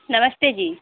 नमस्ते जी